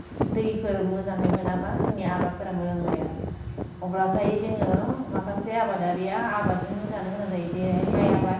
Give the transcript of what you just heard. दैफोर मोजांहाय मोनाबा जोंनि आबादफोरा मोजां जाया अब्लाथाय जोङो माखासे आबादारिया आबादजोंनो जानो गोनां जायो जेरैहाय माइ आबाद